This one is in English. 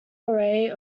array